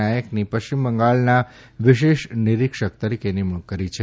નાયકની પશ્ચિમ બંગાળના વિશેષ નિરિક્ષક તરીકે નિમણૂક કરી છે